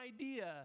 idea